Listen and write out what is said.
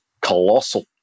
colossal